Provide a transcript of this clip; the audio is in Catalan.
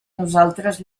nosaltres